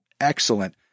Excellent